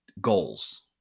goals